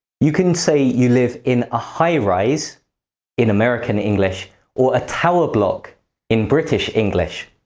you can say you live in a high-rise in american english or ah tower block in british english.